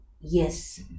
Yes